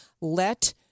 let